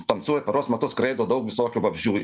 tamsiuoju paros metu skraido daug visokių vabzdžių